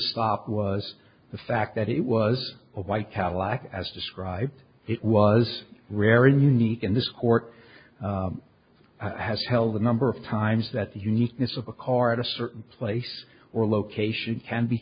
spot was the fact that it was a white cadillac as described it was rare and unique in this court has held a number of times that the uniqueness of a car at a certain place or location can be